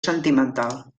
sentimental